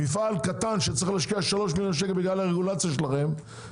מפעל קטן שצריך להשקיע 3 מיליון שקל בגלל הרגולציה של המדינה,